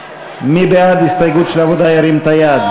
מי בעד ההסתייגויות של קבוצת העבודה, ירים את היד.